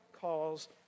calls